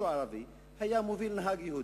ערבי היה מוביל נהג יהודי,